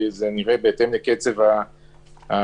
את זה נראה בהתאם לקצב השבים.